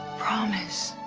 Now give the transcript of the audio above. promise!